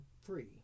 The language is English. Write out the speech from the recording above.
free